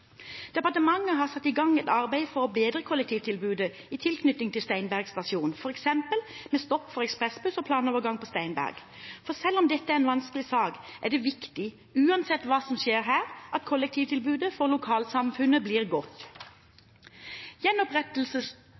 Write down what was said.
Departementet har satt i gang et arbeid for å bedre kollektivtilbudet i tilknytning til Steinberg stasjon, f.eks. med stopp for ekspressbuss og planovergang på Steinberg. For selv om dette er en vanskelig sak, er det viktig, uansett hva som skjer her, at kollektivtilbudet for lokalsamfunnet blir godt. Gjenopprettelse